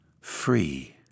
Free